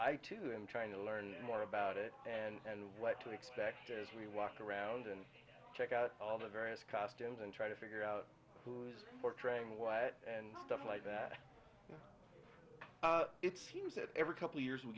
i too am trying to learn more about it and what to expect as we walk around and check out all the various costumes and try to figure out who is portraying what and stuff like that it seems that every couple years we